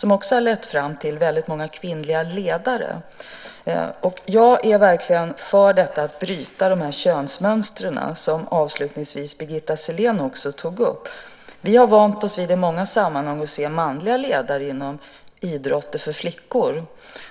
Det har lett fram till många kvinnliga ledare. Jag är verkligen för att bryta de könsmönster som Birgitta Sellén också avslutningsvis tog upp. Vi har vant oss vid att se manliga ledare i många sammanhang inom idrotter för flickor.